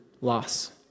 loss